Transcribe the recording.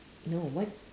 no what